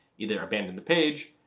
either abandon the page,